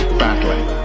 battling